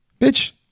Bitch